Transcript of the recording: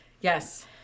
Yes